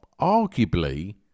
arguably